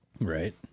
Right